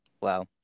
wow